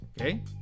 okay